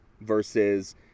versus